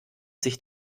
sich